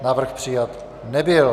Návrh přijat nebyl.